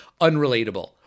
unrelatable